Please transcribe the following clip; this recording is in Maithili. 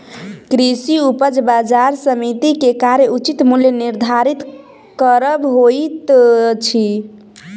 कृषि उपज बजार समिति के कार्य उचित मूल्य निर्धारित करब होइत अछि